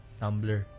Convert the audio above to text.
tumblr